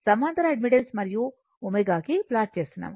సమాంతర అడ్మిటెన్స్ మరియు ωకి ప్లాట్ చేస్తున్నాము